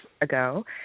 ago